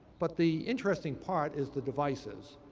but the interesting part is the devices.